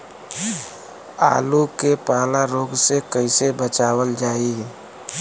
आलू के पाला रोग से कईसे बचावल जाई?